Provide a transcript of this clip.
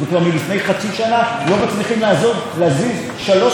לא מצליחים להזיז שלוש מילים בתקנות של הפיגומים.